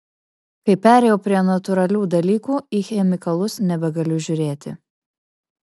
kai perėjau prie natūralių dalykų į chemikalus nebegaliu žiūrėti